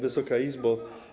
Wysoka Izbo!